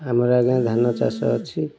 ଆମର ଆଜ୍ଞା ଧାନ ଚାଷ ଅଛି